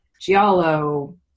giallo